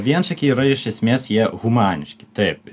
vienšakiai yra iš esmės jie humaniški taip